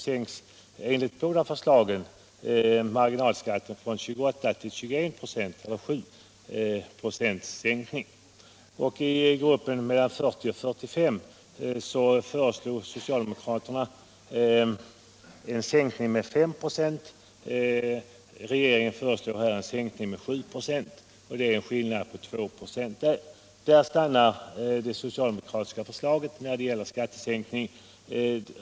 sänks enligt båda förslagen marginalskatten från 28 till 21 96, en sänkning med 7 96. I gruppen 40 000 till 45 000 kr. föreslår socialdemokraterna en sänkning med 5 96, medan regeringen föreslår en sänkning med 796; det är en skillnad på 2 26. Där stannar det socialdemokratiska förslaget när det gäller skattesänkningen.